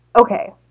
Okay